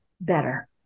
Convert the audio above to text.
better